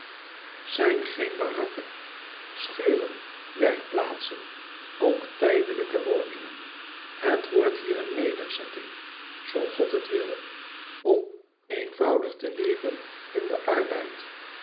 zijn geen barakken schuren werkplaatsen ook tijdelijke woningen het wordt hier een nederzetting zoo god het wil om eenvoudig te leven in den arbeid